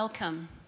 Welcome